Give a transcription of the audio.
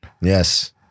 Yes